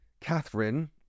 Catherine